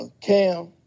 Cam